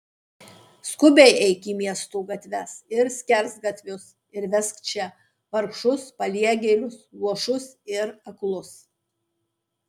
skubiai eik į miesto gatves ir skersgatvius ir vesk čia vargšus paliegėlius luošus ir aklus